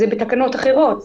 זה בתקנות אחרות.